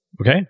Okay